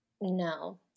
No